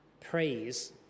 Praise